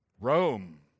Rome